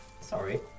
Sorry